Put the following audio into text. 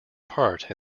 part